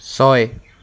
ছয়